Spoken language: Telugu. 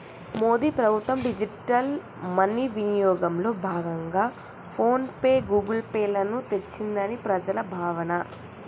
మోడీ ప్రభుత్వం డిజిటల్ మనీ వినియోగంలో భాగంగా ఫోన్ పే, గూగుల్ పే లను తెచ్చిందని ప్రజల భావన